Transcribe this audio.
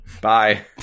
Bye